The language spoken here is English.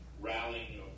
rallying